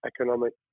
economic